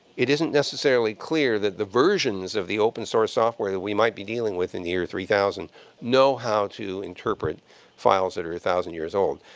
it isn't necessarily clear that the versions of the open source software that we might be dealing with in the year three thousand know how to interpret files that are one thousand years old.